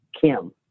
Kim